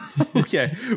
Okay